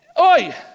Oi